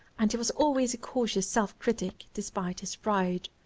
and he was always a cautious self-critic despite his pride.